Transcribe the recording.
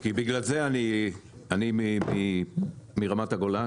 כי בגלל זה אני מרמת הגולן